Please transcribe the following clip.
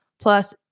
Plus